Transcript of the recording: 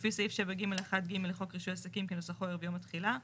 לפי סעיף 7(ג)(1)(ג) לחוק רישוי עסקים כנוסחו ערב יום התחילה,